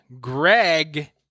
Greg